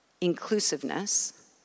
inclusiveness